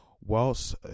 whilst